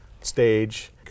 stage